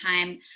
time